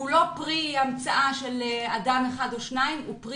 הוא לא פרי המצאה של אדם אחד או שניים אלא הוא פרי